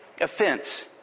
offense